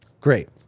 Great